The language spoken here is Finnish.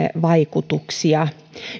vaikutuksia